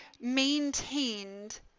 maintained